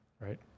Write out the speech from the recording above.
right